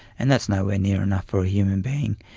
and that's nowhere near enough for a human being.